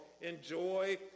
enjoy